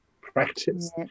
practice